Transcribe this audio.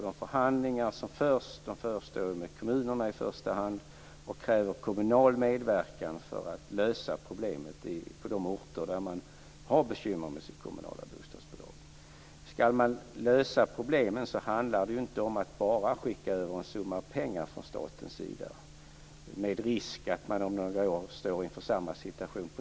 De förhandlingar som sker förs i första hand med kommunerna och kräver kommunal medverkan för att lösa problemet på de orter där man har bekymmer med sitt kommunala bostadsbolag. Skall man lösa problemet handlar det inte om att bara skicka över en summa pengar från statens sida, med risken att man om några år på nytt står inför samma situation.